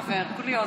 חבר, כולי אוזן.